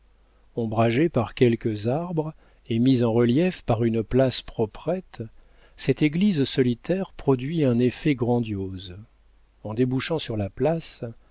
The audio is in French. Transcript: ombragée par quelques arbres et mise en relief par une place proprette cette église solitaire produit un effet grandiose en débouchant sur la place